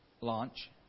Launch